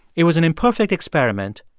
it was an imperfect experiment,